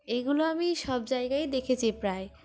এইগুলো আমি সব জায়গায় দেখেছি প্রায়